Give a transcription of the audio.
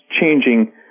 changing